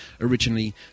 originally